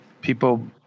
people